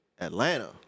Atlanta